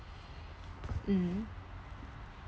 mmhmm